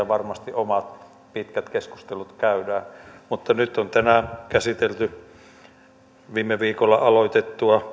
varmasti omat pitkät keskustelut käydään mutta nyt on tänään jatkettu viime viikolla aloitettua